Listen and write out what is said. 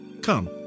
Come